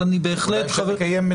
אולי אפשר לקיים ישיבה משותפת.